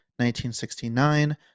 1969